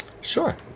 Sure